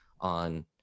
on